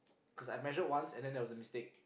cause I measured once and then there was a mistake